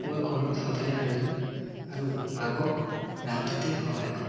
মই ঘৰত সদায় ৰান্ধো আৰু মাকক ৰান্ধোঁতে সহায় কৰোঁ